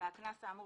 מהקנס האמור